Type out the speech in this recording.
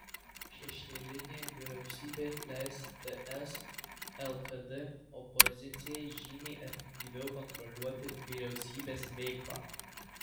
šešėlinė vyriausybė leis ts lkd opozicijai žymiai efektyviau kontroliuoti vyriausybės veiklą